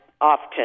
often